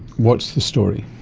what's the story?